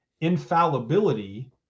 Infallibility